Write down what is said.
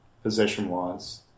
Possession-wise